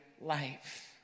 life